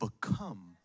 become